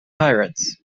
pirates